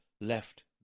left